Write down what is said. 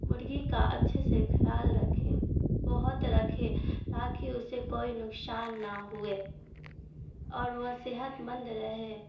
مرغی کا اچھے سے خیال رکھے بہت رکھے تاکہ اسے کوئی نقصان نہ ہوئے اور وہ صحت مند رہے